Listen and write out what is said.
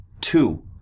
two